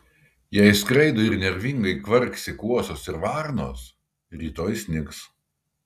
jei skraido ir nervingai kvarksi kuosos ir varnos rytoj snigs